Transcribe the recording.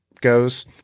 goes